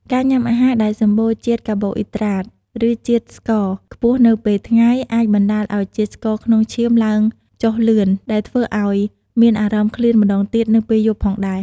ការញ៉ាំអាហារដែលសម្បូរជាតិកាបូអ៊ីដ្រាត ឬជាតិស្ករខ្ពស់នៅពេលថ្ងៃ អាចបណ្តាលឱ្យជាតិស្ករក្នុងឈាមឡើងចុះលឿន ដែលធ្វើឱ្យមានអារម្មណ៍ឃ្លានម្តងទៀតនៅពេលយប់ផងដែរ។